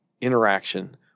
interaction